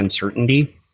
uncertainty